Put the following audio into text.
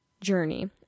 journey